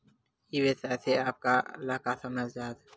ई व्यवसाय से आप ल का समझ आथे?